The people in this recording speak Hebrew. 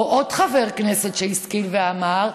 או עוד חבר כנסת שהשכיל ואמר: